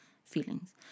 feelings